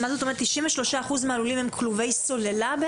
93% מהלולים הם כלובי סוללה?